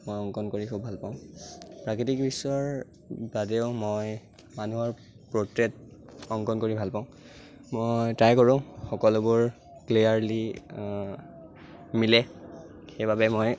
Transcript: মই অংকন কৰি খুব ভালপাওঁ প্ৰাকৃতিক দৃশ্যৰ বাদেও মই মানুহৰ প্ৰটেইট অংকন কৰি ভালপাওঁ মই ট্ৰাই কৰোঁ সকলোবোৰ ক্লীয়াৰলি মিলে সেইবাবে মই